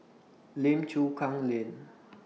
Lim Chu Kang Lane